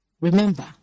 Remember